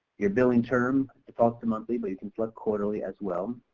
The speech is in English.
your billing terms, it's also monthly but you can select quarterly as well.